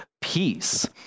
peace